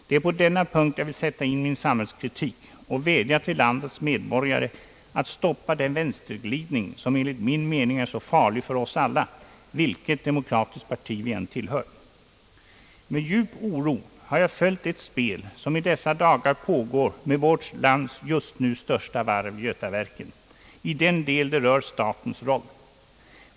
Det är på denna punkt jag vill sätta in min samhällskritik och vädja till landets medborgare att stoppa den vänsterglidning, som enligt min mening är så farlig för oss alla, vilket demokratiskt parti vi än tillhör. Med djup oro har jag följt det spel som i dessa dagar pågår med vårt lands just nu största varv, Götaverken, i den del det rör statens roll.